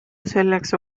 selleks